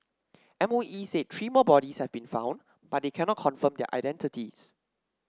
MOE said three more bodies have been found but they cannot confirm their identities